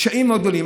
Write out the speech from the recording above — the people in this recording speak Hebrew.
קשיים מאוד גדולים.